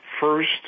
first